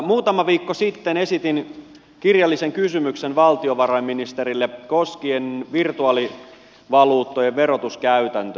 muutama viikko sitten esitin kirjallisen kysymyksen valtiovarainministerille koskien virtuaalivaluuttojen verotuskäytäntöjä